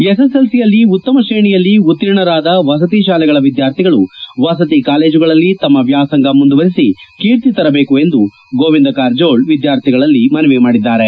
ಎಸ್ಎಸ್ಎಲ್ಸಿಯಲ್ಲಿ ಉತ್ತಮ ಶ್ರೇಣಿಯಲ್ಲಿ ಉತ್ತೀರ್ಣರಾದ ವಸತಿ ಶಾಲೆಗಳ ವಿದ್ಯಾರ್ಥಿಗಳು ವಸತಿ ಕಾಲೇಜುಗಳಲ್ಲಿ ತಮ್ಮ ವ್ಯಾಸಂಗ ಮುಂದುವರೆಸಿ ಕೀರ್ತಿ ತರಬೇಕು ಎಂದು ಗೋವಿಂದ್ ಕಾರಜೋಳ್ ವಿದ್ಯಾರ್ಥಿಗಳಲ್ಲಿ ಮನವಿ ಮಾಡಿದ್ದಾರೆ